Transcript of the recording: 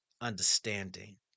understanding